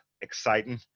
exciting